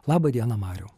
laba diena mariau